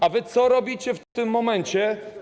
A wy co robicie w tym momencie?